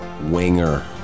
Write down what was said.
Winger